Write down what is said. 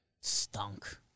Stunk